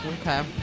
Okay